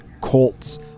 Colts